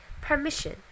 permission